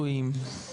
לעשות.